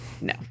No